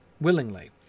willingly